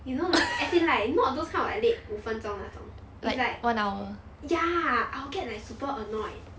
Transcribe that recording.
you know like as in like not those kind of like late 五分钟那种 is like ya I will get like super annoyed